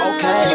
Okay